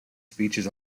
speeches